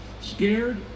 Scared